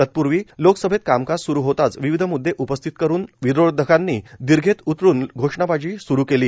तत्पूर्वी लोकसभेत कामकाज स्रु होताच विविध म्द्दे उपस्थित करत विरोधकांनी हौद्यात उतरुन घोषणाबाजी स्रु केली